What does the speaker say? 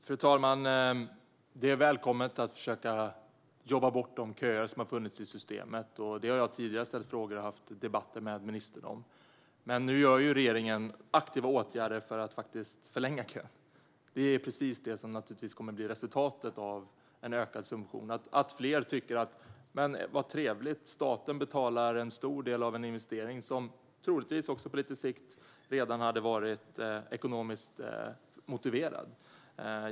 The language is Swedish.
Fru talman! Det är välkommet att försöka jobba bort de köer som har funnits i systemet. Jag har tidigare ställt frågor och debatterat med ministern om köerna. Nu vidtar regeringen aktiva åtgärder för att förlänga kön. Det är precis vad som kommer att bli resultatet av en ökad subvention. Allt fler tycker att det är trevligt att staten betalar en stor del av en investering som troligtvis på lite sikt redan hade varit ekonomiskt motiverad.